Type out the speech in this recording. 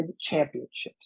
championships